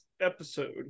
episode